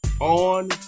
on